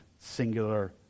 singular